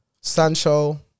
Sancho